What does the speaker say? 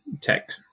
tech